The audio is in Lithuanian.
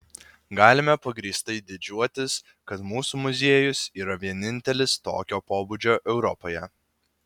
galime pagrįstai didžiuotis kad mūsų muziejus yra vienintelis tokio pobūdžio europoje